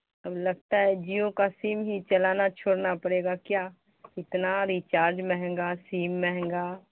اب لگتا ہے جیو کا سم ہی چلانا چھوڑنا پڑے گا کیا اتنا ریچارج مہنگا سم مہنگا